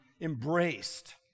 embraced